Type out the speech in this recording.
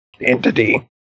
entity